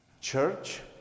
church